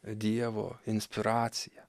dievo inspiraciją